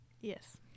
yes